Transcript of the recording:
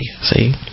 see